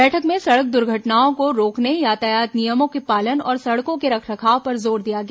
बैठक में सड़क दुर्घटनाओं को रोकने यातायात नियमों के पालन और सडकों के रखरखाव पर जोर दिया गया